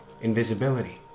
Invisibility